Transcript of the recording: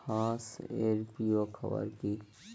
হাঁস এর প্রিয় খাবার কি?